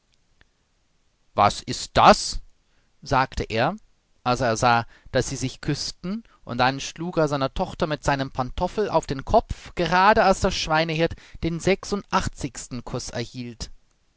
was ist das sagte er als er sah daß sie sich küßten und dann schlug er seine tochter mit seinem pantoffel auf den kopf gerade als der schweinehirt den sechsundachtzigsten kuß erhielt